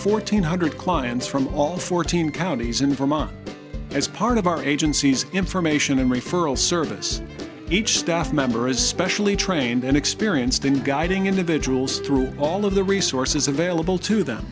fourteen hundred clients from all fourteen counties in vermont as part of our agency's information and referral service each staff member is specially trained and experienced in guiding individuals through all of the resources available to them